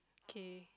okay